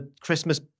Christmas